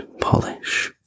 polish